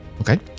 okay